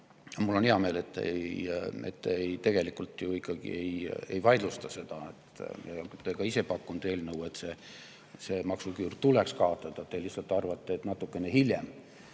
Mul on hea meel, et te tegelikult ikkagi ei vaidlusta seda. Te olete ka ise pakkunud eelnõus, et maksuküür tuleks kaotada, te lihtsalt arvate, et natukene hiljem.